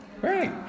Great